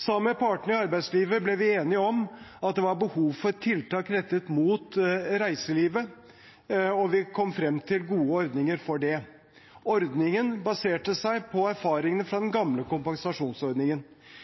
Sammen med partene i arbeidslivet ble vi enige om at det var behov for tiltak rettet mot reiselivet, og vi kom frem til gode ordninger for det. Ordningen baserte seg på erfaringene fra den gamle kompensasjonsordningen.